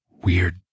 weird